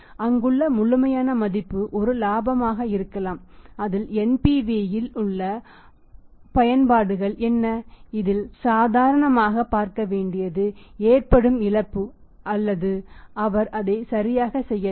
அங்குள்ள முழுமையான மதிப்பு ஒரு இலாபமாக இருக்கலாம் அதில் NPV இல் உள்ள பயன்பாடுகள் என்ன அதில் சாதாரணமாக பார்க்க வேண்டியது ஏற்படும் இழப்பு அல்லது அவர் அதைச் சரியாகச் செய்யவில்லை